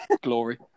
glory